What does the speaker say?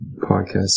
podcast